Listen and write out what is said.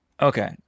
Okay